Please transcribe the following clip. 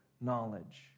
knowledge